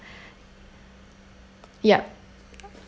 yup